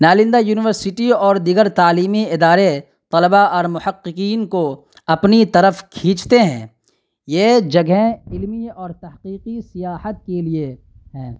Nalanda university اور دیگر تعلیمی ادارے طلبا اور محققین کو اپنی طرف کھینچتے ہیں یہ جگہیں علمی اور تحقیقی سیاحت کے لیے ہیں